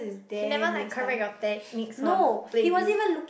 he never like correct your techniques on